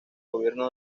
gobierno